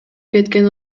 кеткен